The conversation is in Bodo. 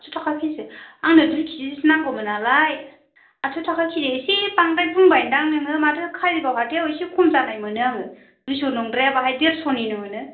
आठस' थाखा केजि आंनो दुइ केजिसो नांगौमोन नालाय आथस' थाखा केजि एसे बांद्राय बुंबाय होनदां नोङो माथो कारिगाव हाथाइयाव एसे खम जानाय मोनो आङो दुइस' नंद्राया बाहाय देरस'निनो मोनो